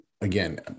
again